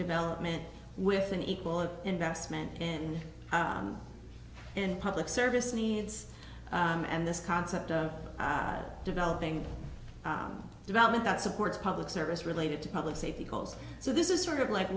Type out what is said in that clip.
development with an equal investment in and public service needs and this concept of developing development that supports public service related to public safety goals so this is sort of like